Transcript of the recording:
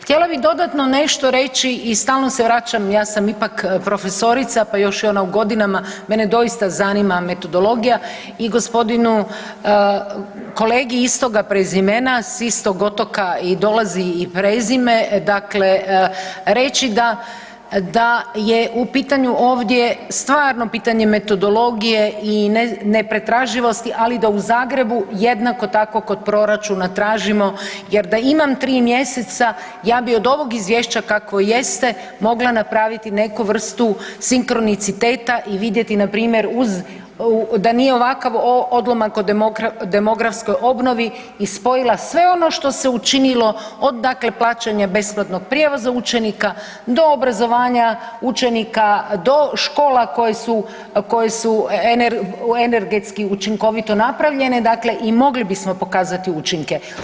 Htjela bi dodatno nešto reći i stalno se vraćam, ja sam ipak profesorica pa još i ona u godinama, mene doista zanima metodologija i gospodinu kolegi istoga prezimena, s istog otoka i dolazi i prezime dakle reći da je u pitanju ovdje stvarno pitanje metodologije i ne pretraživosti, ali da u Zagrebu jednako tako kod proračuna tražimo jer da imam tri mjeseca ja bi od ovog izvješća kakvo jeste mogla napraviti neku vrstu sinkroniciteta i vidjeti npr. da nije ovakav odlomak o demografskoj obnovi i spojila sve ono što se učinilo od plaćanja besplatnog prijevoza učenika do obrazovanja učenika, do škola koje su energetski učinkovito napravljene i mogli bismo pokazati učinke.